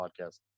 podcast